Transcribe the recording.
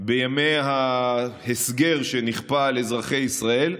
בימי ההסגר שנכפה על אזרחי ישראל,